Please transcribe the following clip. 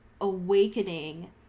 awakening